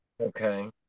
Okay